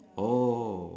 oh